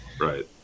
Right